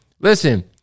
Listen